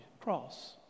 cross